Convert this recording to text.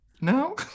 No